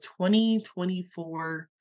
2024